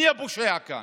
מי הפושע כאן?